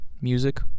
Music